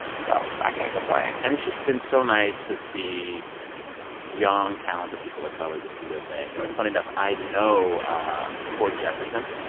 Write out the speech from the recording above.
so i can't complain and it's just been so nice to see young, talented people of color just do their thing. you know, it's funny enough. i know ah cord jefferson.